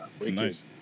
Nice